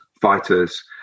fighters